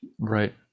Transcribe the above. Right